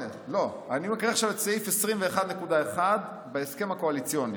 אני מקריא עכשיו את סעיף 21.1 בהסכם הקואליציוני: